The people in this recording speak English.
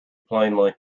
plainly